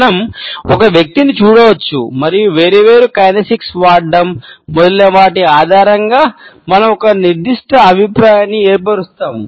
మనం ఒక వ్యక్తిని చూడవచ్చు మరియు వేర్వేరు కైనెసిక్స్ వాడకం మొదలైన వాటి ఆధారంగా మనం ఒక నిర్దిష్ట అభిప్రాయాన్ని ఏర్పరుస్తాము